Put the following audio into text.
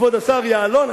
כבוד השר יעלון,